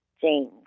James